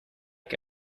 que